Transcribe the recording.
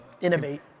Innovate